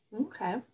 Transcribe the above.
Okay